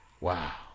wow